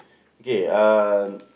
okay uh